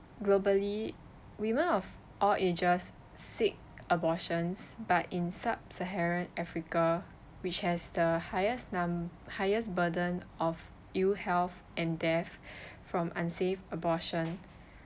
globally women of all ages seek abortions but in sub saharan africa which has the highest num~ highest burden of ill health and death from unsafe abortion